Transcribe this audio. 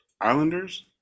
Islanders